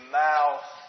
mouth